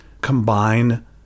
combine